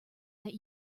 that